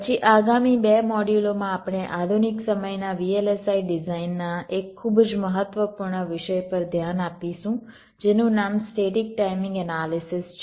પછી આગામી બે મોડ્યુલોમાં આપણે આધુનિક સમયના VLSI ડિઝાઇનના એક ખૂબ જ મહત્વપૂર્ણ વિષય પર ધ્યાન આપીશું જેનું નામ સ્ટેટિક ટાઇમિંગ એનાલિસિસ છે